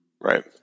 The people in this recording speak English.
Right